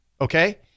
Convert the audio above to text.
okay